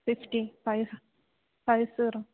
fifty five five zero